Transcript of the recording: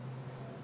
צעירות שמדברות כול